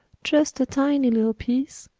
just a tiny little piece.